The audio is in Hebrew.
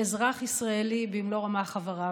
ואזרח ישראלי במלוא רמ"ח איבריו.